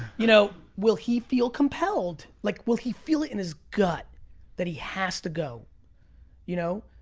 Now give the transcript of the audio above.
you know will he feel compelled, like will he feel it in his gut that he has to go you know